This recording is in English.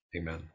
Amen